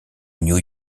new